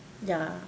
ya